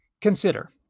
Consider